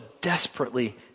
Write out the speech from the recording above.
desperately